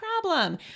problem